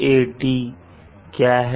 Hat क्या है